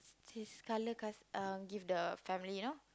his colour cus~ uh give the family you know